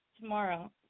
tomorrow